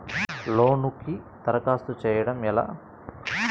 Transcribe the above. లోనుకి దరఖాస్తు చేయడము ఎలా?